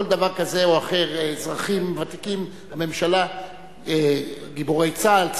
גיבורי צה"ל,